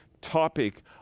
topic